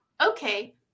okay